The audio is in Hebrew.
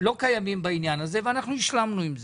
לא קיימים בעניין הזה, השלמנו עם זה.